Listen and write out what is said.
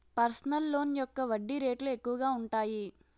personal loan యొక్క వడ్డీ రేట్లు ఎక్కువగా ఉంటాయి